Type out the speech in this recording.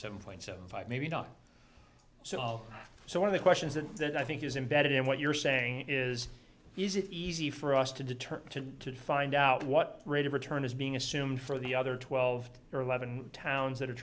seven point seven five maybe not so so one of the questions that i think is embedded in what you're saying is is it easy for us to determine to find out what rate of return is being assumed for the other twelve or eleven towns that are